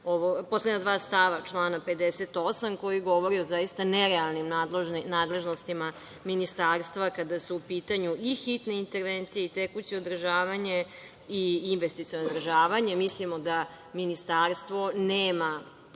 poslednja dva stava člana 58. koji govori o zaista nerealnim nadležnostima ministarstva kada su u pitanju i hitne intervencije i tekuće održavanje i investiciono održavanje. Mislimo da ministarstvo nema potrebe,